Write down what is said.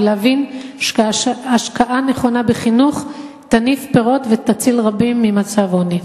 ולהבין שהשקעה נכונה בחינוך תניב פירות ותציל רבים ממצב עוני.